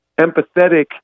empathetic